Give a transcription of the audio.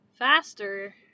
faster